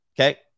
Okay